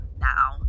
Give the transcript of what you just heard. now